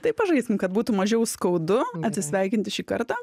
taip pažaisim kad būtų mažiau skaudu atsisveikinti šį kartą